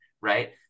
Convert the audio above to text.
Right